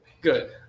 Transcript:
Good